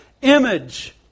image